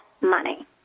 money